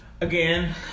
Again